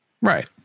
Right